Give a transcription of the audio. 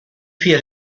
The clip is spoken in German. vier